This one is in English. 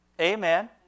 Amen